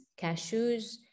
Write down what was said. cashews